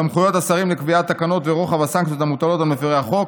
סמכויות השרים לקביעת תקנות ורוחב הסנקציות המוטלות על מפרי החוק.